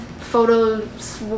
photos